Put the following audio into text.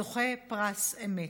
זוכה פרס א.מ.ת,